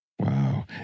Wow